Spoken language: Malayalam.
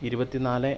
ഇരുപത്തി നാല്